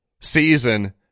season